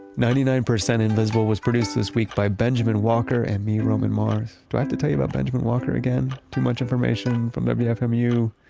ninety nine percent invisible was produced this week by benjamen walker and me, roman mars. do i need to tell you about benjamen walker again? too much information from wfmu?